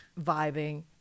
vibing